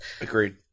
Agreed